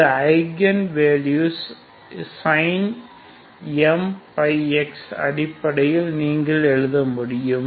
இந்த ஐகன் வேல்யூகள் sin⁡mπx அடிப்படையில் நீங்கள் எழுத முடியும்